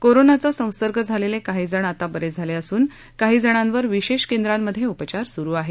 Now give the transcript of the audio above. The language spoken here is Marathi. कोरोनाचा संसर्ग झालेले काही जण आता बरे झाले असून काही जणांवर विशेष केंद्रांमध्ये उपचार सुरू आहेत